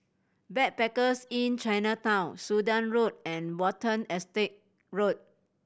Backpackers Inn Chinatown Sudan Road and Watten Estate Road